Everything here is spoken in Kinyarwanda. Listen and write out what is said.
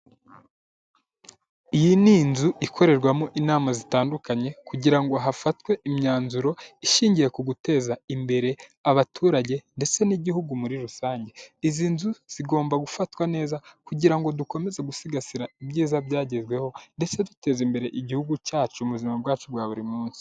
Iyi ni inzu ikorerwamo inama zitandukanye kugira ngo hafatwe imyanzuro ishingiye ku guteza imbere abaturage ndetse n'Igihugu muri rusange, izi nzu zigomba gufatwa neza kugira ngo dukomeze gusigasira ibyiza byagezweho ndetse duteza imbere Igihugu cyacu mu buzima bwacu bwa buri munsi.